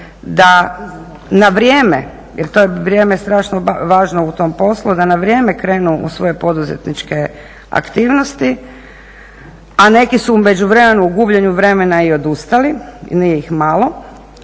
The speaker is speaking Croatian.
da na vrijeme, jer to je vrijeme strašno važno u tom poslu da na vrijeme krenu u svoje poduzetničke aktivnosti, a neki su u međuvremenu u gubljenju vremena i odustali i nije ih malo